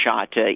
shot